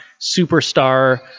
superstar